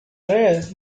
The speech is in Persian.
اره